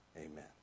amen